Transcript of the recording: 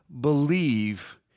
believe